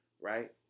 Right